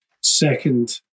second